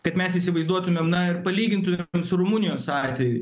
kad mes įsivaizduotumėm na ir palygintumėm su rumunijos atveju